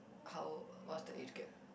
how old what's the age gap